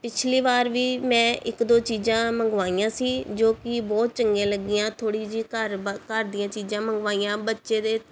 ਪਿਛਲੀ ਵਾਰ ਵੀ ਮੈਂ ਇੱਕ ਦੋ ਚੀਜ਼ਾਂ ਮੰਗਵਾਈਆਂ ਸੀ ਜੋ ਕਿ ਬਹੁਤ ਚੰਗੀਆਂ ਲੱਗੀਆਂ ਥੋੜ੍ਹੀ ਜਿਹੀ ਘਰ ਘਰ ਦੀਆਂ ਚੀਜ਼ਾਂ ਮੰਗਵਾਈਆਂ ਬੱਚੇ ਦੇ